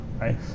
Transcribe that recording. right